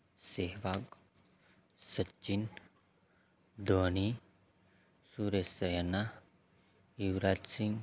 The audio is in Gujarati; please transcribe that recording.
સહેવાગ સચિન ધોની સુરેશ રૈના યુવરાજ સિંહ